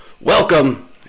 welcome